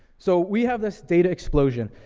so we have this data explosion.